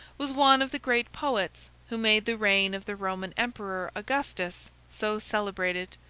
was one of the great poets who made the reign of the roman emperor augustus so celebrated,